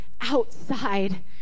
outside